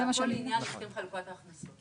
זה הכול עניין, לפי חלוקת ההכנסות.